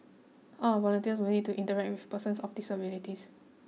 all our volunteers will need to interact with persons of disabilities